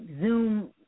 Zoom